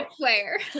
player